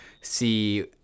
see